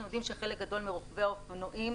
אנחנו יודעים שחלק גדול מרוכבי האופנועים